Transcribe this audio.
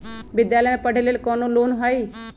विद्यालय में पढ़े लेल कौनो लोन हई?